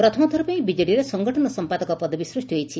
ପ୍ରଥମଥର ପାଇଁ ବିଜେଡ଼ିରେ ସଂଗଠନ ସଂପାଦକ ପଦବୀ ସୂଷ୍ଟି ହୋଇଛି